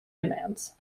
demands